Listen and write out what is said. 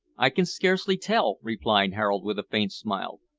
i can scarcely tell, replied harold, with a faint smile.